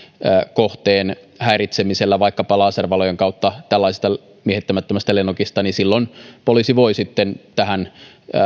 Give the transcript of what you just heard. kohteen häiritsemisellä vaikkapa laservalojen kautta tällaisesta miehittämättömästä lennokista niin silloin poliisi voi sitten tähän